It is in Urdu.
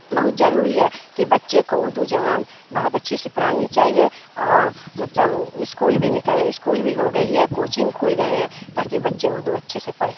بہت ضروری ہے کہ بچے کو اردو زبان بہت اچھے سے پڑھانی چاہیے اور مطلب اسکول بھی نا اسکول بھی ہو گئی ہے کوچنگ کھل گئے ہیں تاکہ بچے اردو اچھے سے پڑھے